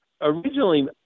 originally